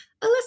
Alyssa